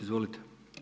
Izvolite.